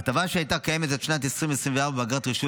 ההטבה שהייתה קיימת עד שנת 2024 באגרת רישוי